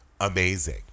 amazing